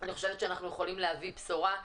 אני חושבת שאנחנו יכולים להביא בשורה.